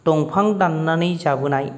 दंफां दाननानै जाबोनाय